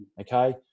okay